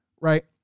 right